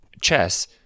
chess